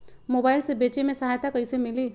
Mobile से बेचे में सहायता कईसे मिली?